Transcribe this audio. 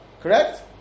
Correct